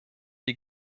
die